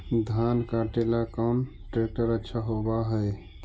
धान कटे ला कौन ट्रैक्टर अच्छा होबा है?